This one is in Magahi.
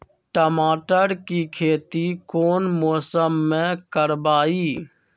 टमाटर की खेती कौन मौसम में करवाई?